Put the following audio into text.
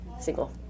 single